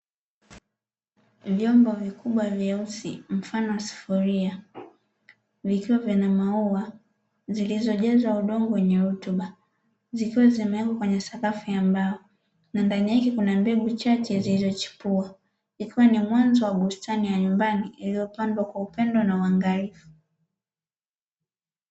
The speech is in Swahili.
Vyombo vikubwa vyeusi mfano wa sufuria, vikiwa vina maua zilizojazwa udongo wenye rutuba, zikiwa zimewekwa kwenye sakafu ya mbao na ndani yake kuna mbegu chache zilizochipua, ikiwa ni mwanzo wa bustani ya nyumbani, iliyopandwa kwa upendo na uangalifu.